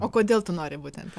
o kodėl tu nori būtent ten